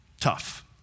Tough